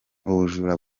ubujura